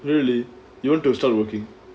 really you want to start working